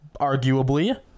arguably